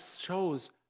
shows